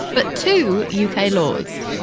but two yeah uk ah laws.